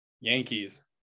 Yankees